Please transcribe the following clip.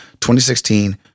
2016